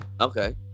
Okay